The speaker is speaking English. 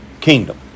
kingdom